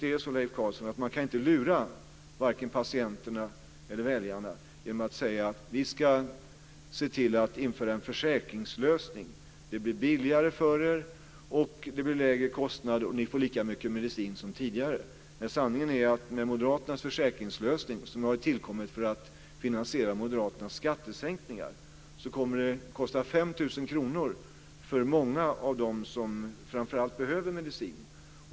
Det är så, Leif Carlson, att man kan lura varken patienterna eller väljarna genom att säga: Vi ska införa en försäkringslösning - det blir billigare för er, det blir lägre kostnader och ni får lika mycket medicin som tidigare. Sanningen är att med Moderaternas försäkringslösning, som har tillkommit för att finansiera Moderaternas skattesänkningar, så kommer det att kosta 5 000 kr för många av dem som framför allt behöver medicin.